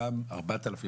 אותם 4,000,